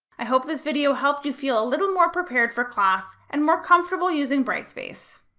i hope this video helped you feel a little more prepared for class and more comfortable using brightspace.